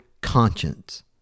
conscience